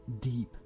deep